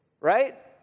right